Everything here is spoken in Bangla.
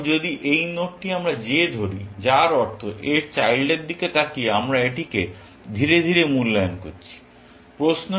এখন যদি এই নোডটি আমরা j ধরি যার অর্থ এর চাইল্ডদের দিকে তাকিয়ে আমরা এটিকে ধীরে ধীরে মূল্যায়ন করছি